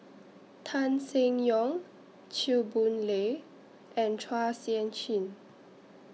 Tan Seng Yong Chew Boon Lay and Chua Sian Chin